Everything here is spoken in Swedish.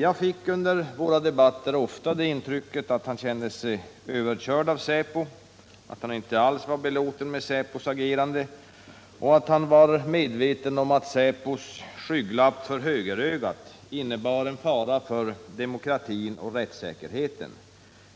Jag fick under våra debatter ofta det intrycket att han kände sig överkörd av säpo, att han inte alls var belåten med säpos agerande och att han var medveten om att säpos skygglapp för högerögat innebar en fara för demokratin och rättssäkerheten.